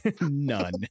None